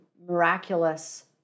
miraculous